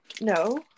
No